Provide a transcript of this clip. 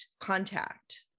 contact